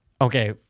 Okay